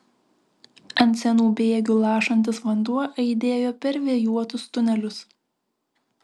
ant senų bėgių lašantis vanduo aidėjo per vėjuotus tunelius